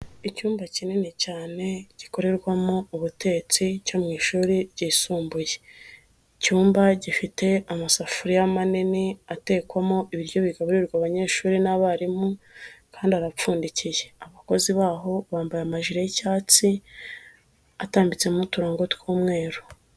Icyumba kinini cyane gikorerwamo ubutetsi cyo mu ishuri ryisumbuye, icyumba gifite amasafuriya manini atekwamo ibiryo bigaburirwa abanyeshuri n'abarimu kandi arapfundikiye, abakozi baho bambaye amajire y'icyatsi atambitsemo uturango tw'umweru.